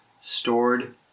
stored